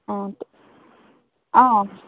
অঁ অঁ অঁ